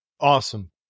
Awesome